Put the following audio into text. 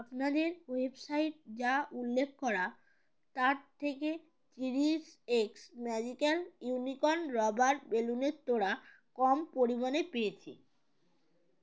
আপনাদের ওয়েবসাইট যা উল্লেখ করা তার থেকে চিরিশ এক্স ম্যাজিক্যাল ইউনিকর্ন রবার বেলুনেরের তোরা কম পরিমাণে পেয়েছি